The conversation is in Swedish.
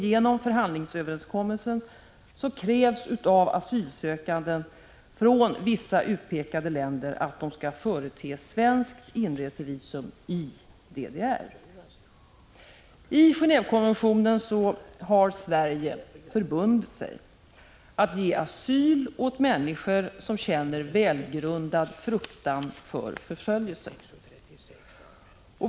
Genom förhandlingsöverenskommelsen krävs av asylsökande från vissa utpekade länder att de skall förete svenskt inresevisum i DDR. I Gen&vekonventionen har Sverige förbundit sig att ge asyl åt människor som känner välgrundad fruktan för förföljelse.